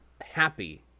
happy